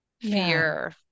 fear